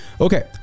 Okay